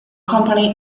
company